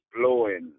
blowing